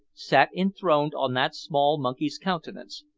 sat enthroned on that small monkey's countenance,